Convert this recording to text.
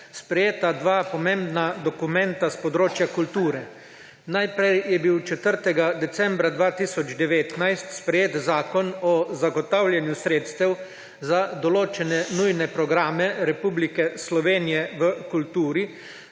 sprejeta dva pomembna dokumenta s področja kulture. Najprej je bil 4. decembra 2019 sprejet Zakon o zagotavljanju sredstev za določene nujne programe Republike Slovenije v kulturi